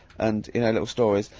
and, you know, little stories,